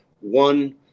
One